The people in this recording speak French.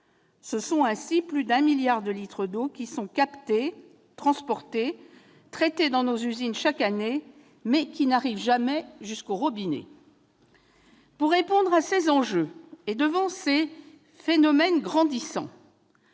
Ce sont ainsi plus de 1 milliard de litres d'eau qui sont captés, transportés, traités dans nos usines chaque année, mais qui n'arrivent jamais jusqu'au robinet. Pour répondre à ces enjeux et devant ces phénomènes grandissants,